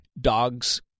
dogs